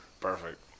Perfect